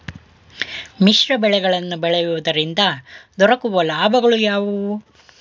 ಮಿಶ್ರ ಬೆಳೆಗಳನ್ನು ಬೆಳೆಯುವುದರಿಂದ ದೊರಕುವ ಲಾಭಗಳು ಯಾವುವು?